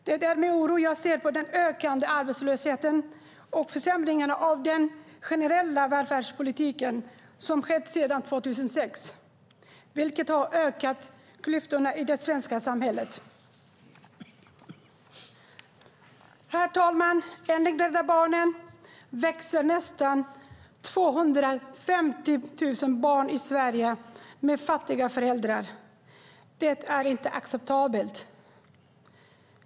Det är med oro jag ser på den ökande arbetslösheten och de försämringar av den generella välfärdspolitiken som har skett sedan 2006, vilket har ökat klyftorna i det svenska samhället. Herr talman! Enligt Rädda Barnen växer nästan 250 000 barn i Sverige upp med fattiga föräldrar. Det är inte acceptabelt.